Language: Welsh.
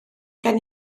gen